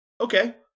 okay